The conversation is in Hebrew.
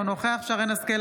אינו נוכח שרן מרים השכל,